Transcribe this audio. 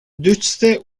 deutsche